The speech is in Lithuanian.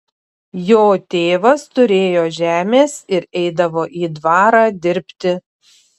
jo tėvas turėjo žemės ir eidavo į dvarą dirbti